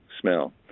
smell